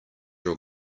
your